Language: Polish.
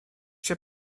się